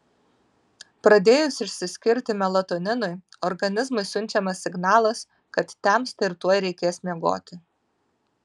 pradėjus išsiskirti melatoninui organizmui siunčiamas signalas kad temsta ir tuoj reikės miegoti